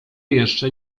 jeszcze